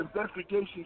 investigation